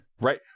Right